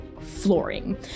flooring